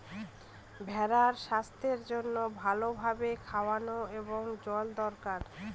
ভেড়ার স্বাস্থ্যের জন্য ভালো ভাবে খাওয়ার এবং জল দরকার